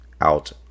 out